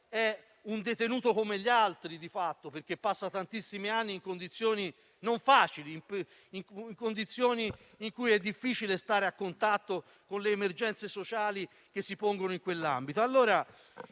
è un detenuto come gli altri, perché passa tantissimi anni in condizioni non facili, in cui è difficile stare a contatto con le emergenze sociali che si pongono in quell'ambito.